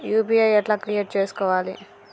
UPI ఎట్లా create చేసుకోవాలి?